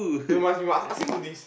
you must you must ask him do this